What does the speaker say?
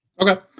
Okay